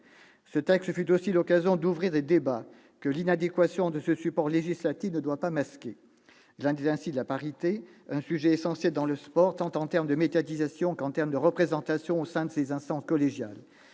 Ce texte fut aussi l'occasion d'ouvrir des débats que l'inadéquation de ce support législatif ne doit pas masquer. Il en est ainsi de la parité, un sujet essentiel dans le sport, en termes tant de médiatisation que de représentation au sein de ces instances collégiales.